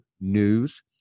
news